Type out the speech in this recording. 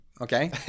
okay